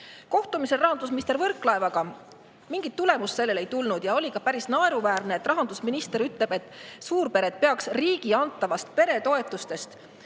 Kohtumisel rahandusminister Võrklaevaga mingit tulemust sellele ei tulnud ja oli ka päris naeruväärne, et rahandusminister ütles, et suurpered peaks riigi antavatest peretoetustest